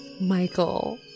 Michael